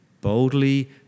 boldly